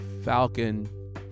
Falcon